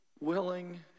willing